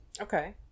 Okay